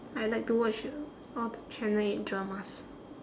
I like to watch all the channel eight dramas